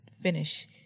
finish